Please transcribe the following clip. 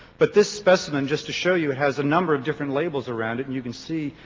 but this specimen, just to show you, has a number of different labels around it and you can see,